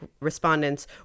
respondents